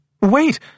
Wait